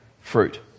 fruit